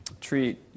treat